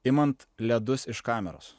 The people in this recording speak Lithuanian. imant ledus iš kameros